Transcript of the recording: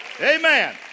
Amen